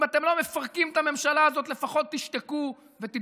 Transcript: אם אתם לא מפרקים את הממשלה הזאת לפחות תשתקו ותתביישו.